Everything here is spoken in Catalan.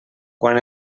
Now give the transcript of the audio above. quan